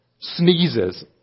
sneezes